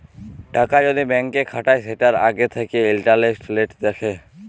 টাকা যদি ব্যাংকে খাটায় সেটার আগে থাকে ইন্টারেস্ট রেট দেখে